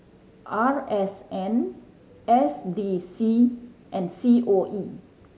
R S N S D C and C O E